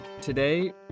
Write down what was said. Today